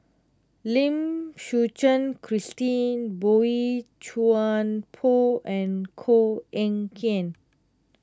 Lim Suchen Christine Boey Chuan Poh and Koh Eng Kian